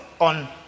on